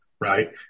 right